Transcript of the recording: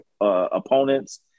opponents